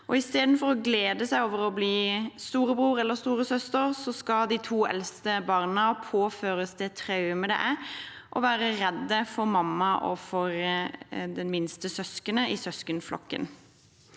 seg over å bli storebror eller storesøster skal de to eldste barna påføres det traumet det er å være redde for mamma og det minste søskenet i søskenflokken,